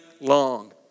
long